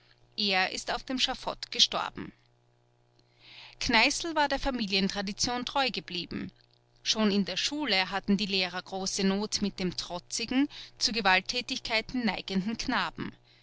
er ist auf dem schafott gestorben kneißl war der familientradition treu geblieben schon in der schule hatten die lehrer große not mit dem trotzigen zu gewalttätigkeiten neigenden knaben